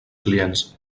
clients